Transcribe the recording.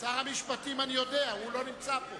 שר המשפטים לא נמצא פה.